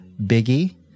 Biggie